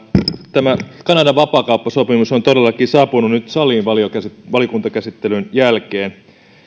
tämä kanadan vapaakauppasopimus on todellakin saapunut nyt saliin valiokuntakäsittelyn jälkeen